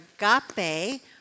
agape